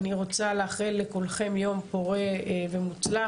אני רוצה לאחל לכולכם יום פורה ומוצלח,